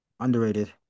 Underrated